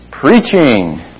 Preaching